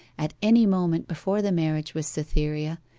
at any moment before the marriage with cytherea,